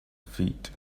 feet